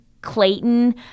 Clayton